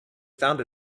found